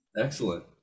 Excellent